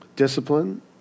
Discipline